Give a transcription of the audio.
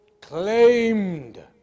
claimed